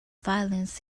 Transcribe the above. violence